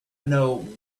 know